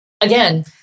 Again